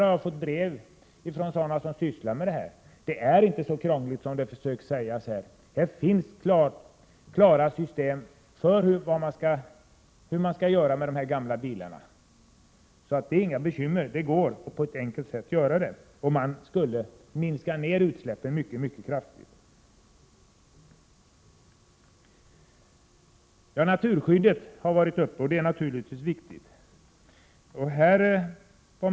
Jag har fått brev från människor som sysslar med sådana här saker, och de säger att det inte är så krångligt att åstadkomma förbättringar som man har velat påskina. Man är klar över vilka system som skall användas när det gäller att rena gamla bilar. Det är alltså enkelt att åstadkomma en ändring. Utsläppen skulle ju därmed minskas mycket kraftigt. Även frågan om naturskyddet har diskuterats. Naturligtvis är det en viktig fråga.